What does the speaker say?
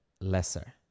lesser